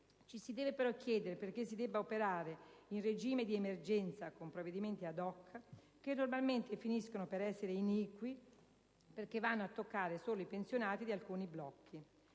ci si deve però chiedere perché si debba operare in regime di emergenza con provvedimenti *ad hoc*, che normalmente finiscono per essere iniqui perché vanno a toccare solo i pensionati di alcuni blocchi.